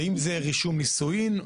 אם זה רישום נישואים,